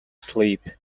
sleep